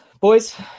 Boys